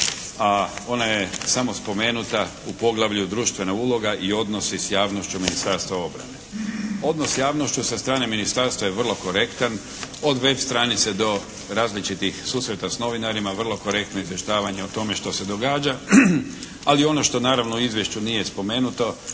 a ona je samo spomenuta u poglavlju društvenih uloga i odnosi s javnošću Ministarstva obrane. Odnos s javnošću sa strane ministarstva je vrlo korektan od web stranice do različitih susreta s novinarima, vrlo korektno izvještavanje o tome što se događa, ali ono što naravno u izvješću nije spomenuto